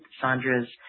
Sandra's